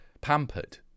pampered